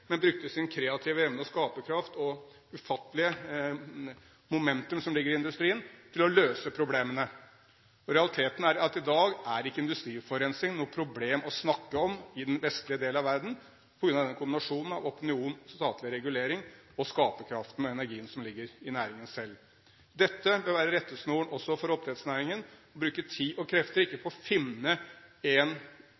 men brukte sin kreative evne og skaperkraft, og det ufattelige momentum som ligger i industrien, til å løse problemene. Realiteten er at i dag er ikke industriforurensning noe problem å snakke om i den vestlige del av verden – på grunn av den kombinasjonen av opinion og statlig regulering, og skaperkraften og energien som ligger i næringen selv. Dette bør være rettesnoren også for oppdrettsnæringen – å bruke tid og krefter ikke